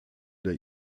der